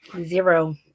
Zero